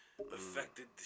Affected